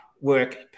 work